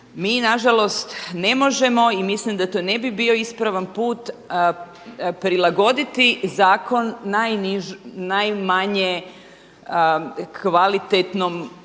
Mi nažalost ne možemo i mislim da to ne bi bio ispravan put prilagoditi zakon najmanje kvalitetnom dijelom